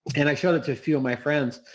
and i showed it to a few of my friends,